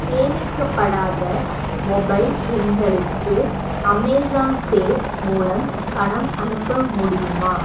சேமிக்கப்படாத mobile எண்களுக்கு Amazon Pay மூலம் பணம் அனுப்ப முடியுமா